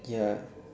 ya